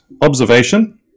observation